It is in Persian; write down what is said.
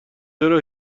چرا